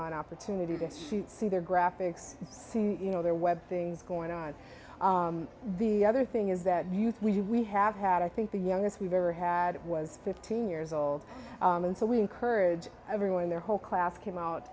on opportunity to see their graphics see you know their web things going on the other thing is that youth we have had i think the youngest we've ever had was fifteen years old and so we encourage everyone in their whole class came out